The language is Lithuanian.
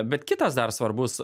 bet kitas dar svarbus